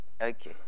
okay